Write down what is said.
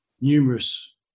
numerous